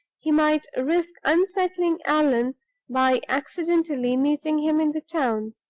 he might risk unsettling allan by accidentally meeting him in the town.